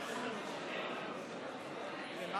כל החברים ירדו או שהם בדרך?